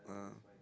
ah